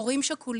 החוק